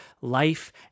life